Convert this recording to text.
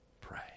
pray